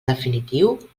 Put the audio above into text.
definitiu